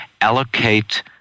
allocate